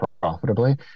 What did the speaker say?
profitably